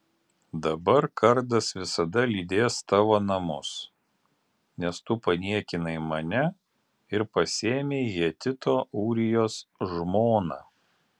dabar kardas visada lydės tavo namus nes tu paniekinai mane ir pasiėmei hetito ūrijos žmoną